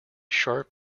sharp